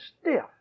stiff